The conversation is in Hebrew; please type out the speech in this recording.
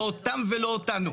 לא אותם ולא אותנו.